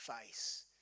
face